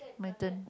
my turn